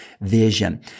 vision